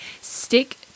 stick